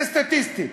זה סטטיסטי.